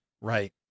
right